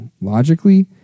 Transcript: logically